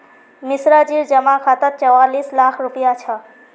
मिश्राजीर जमा खातात चौवालिस लाख रुपया छ